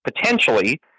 potentially